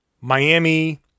Miami